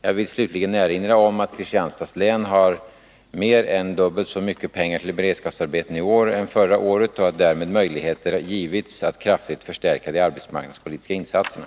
Jag vill slutligen erinra om att Kristianstads län har mer än dubbelt så mycket pengar till beredskapsarbeten i år som förra året och att därmed möjligheter har givits att kraftigt förstärka de arbetsmarknadspolitiska insatserna.